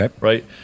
right